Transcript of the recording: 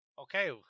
Okay